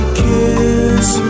kiss